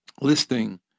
listing